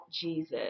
Jesus